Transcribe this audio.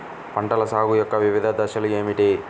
పంటల సాగు యొక్క వివిధ దశలు ఏమిటి?